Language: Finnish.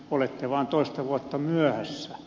olette vaan toista vuotta myöhässä